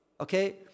Okay